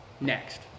next